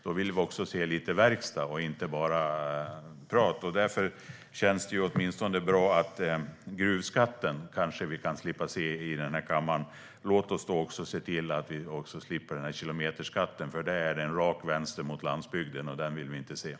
Då vill vi också se lite verkstad och inte bara prat. Därför känns det åtminstone bra att vi i den här kammaren kanske kan slippa se gruvskatten. Låt oss då se till att vi också slipper kilometerskatten, för den är en rak vänster mot landsbygden som vi inte vill se.